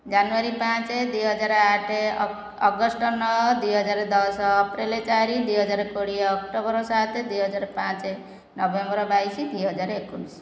ଜାନୁଆରୀ ପାଞ୍ଚ ଦୁଇ ହଜାର ଆଠ ଅଗଷ୍ଟ ନଅ ଦୁଇ ହଜାର ଦଶ ଅପ୍ରିଲ ଚାରି ଦୁଇ ହଜାର କୋଡ଼ିଏ ଅକ୍ଟୋବର ସାତ ଦୁଇ ହଜାର ପାଞ୍ଚ ନଭେମ୍ବର ବାଇଶ ଦୁଇ ହଜାର ଏକୋଇଶ